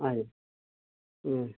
हजुर